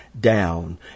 down